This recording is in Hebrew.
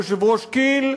יושב-ראש כי"ל,